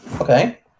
Okay